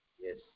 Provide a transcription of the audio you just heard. Yes